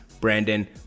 Brandon